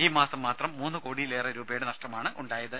ഈ മാസം മാത്രം മൂന്നു കോടിയിലേറെ രൂപയുടെ നഷ്ടമുണ്ടായത്